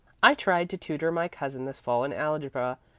i tried to tutor my cousin this fall in algebra,